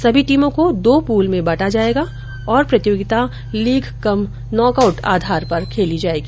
सभी टीमों को दो पूल में बांटा जायेगा और प्रतियोगिता लीग कम नोकआउट आधार पर खेली जायेगी